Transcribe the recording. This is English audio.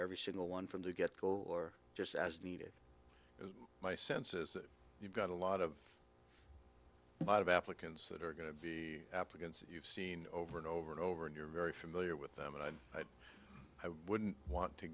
every single one from the get go or just as needed is my sense is that you've got a lot of lot of applicants that are going to be applicants you've seen over and over and over and you're very familiar with them and i wouldn't want to